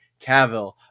Cavill